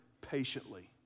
patiently